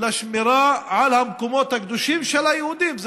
לשמירה על המקומות הקדושים של היהודים,